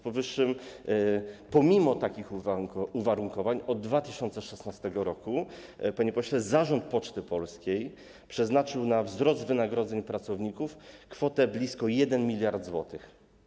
Pomimo takich uwarunkowań, od 2016 r., panie pośle, zarząd Poczty Polskiej przeznaczył na wzrost wynagrodzeń pracowników kwotę blisko 1 mld zł.